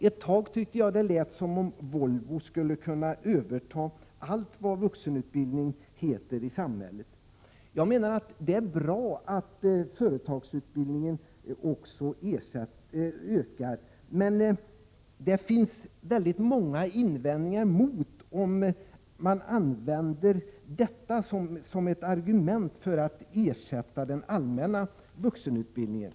Ett tag tyckte jag att det lät som om Volvo skulle kunna överta allt vad vuxenutbildning heter i samhället. Det är bra att företagsutbildningen också ökar. Man kan emellertid göra väldigt många invändningar, om man använder detta som ett argument för att ersätta den allmänna vuxenutbildningen.